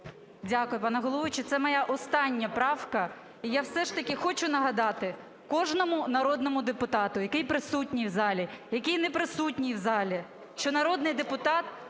Дякую, пане головуючий. Це моя остання правка. І я все ж таки хочу нагадати кожному народному депутату, який присутній в залі, який не присутній в залі, що народний депутат